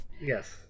yes